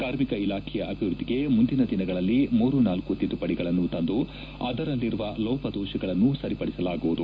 ಕಾರ್ಮಿಕ ಇಲಾಖೆಯ ಅಭಿವೃದ್ದಿಗೆ ಮುಂದಿನ ದಿನಗಳಲ್ಲಿ ಮೂರು ನಾಲ್ಲು ತಿದ್ದುಪಡಿಗಳನ್ನು ತಂದು ಅದರಲ್ಲಿರುವ ಲೋಪದೋಷಗಳನ್ನು ಸರಿಪಡಿಸಲಾಗುವುದು